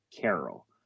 Carol